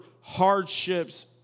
hardships